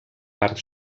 part